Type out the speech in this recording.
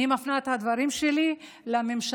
אני מפנה את הדברים שלי לממשלה,